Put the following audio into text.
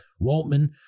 Waltman